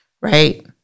right